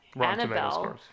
Annabelle